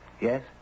Yes